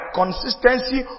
consistency